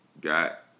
got